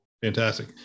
Fantastic